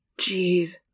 Jeez